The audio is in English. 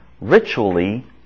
ritually